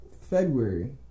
february